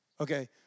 Okay